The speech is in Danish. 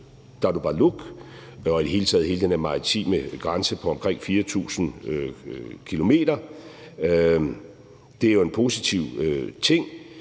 Tartupaluk og i det hele taget hele den her maritime grænse på omkring 4.000 km. Det er jo en positiv ting,